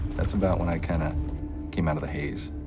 that's about when i kind of came out of the haze,